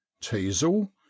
teasel